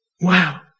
Wow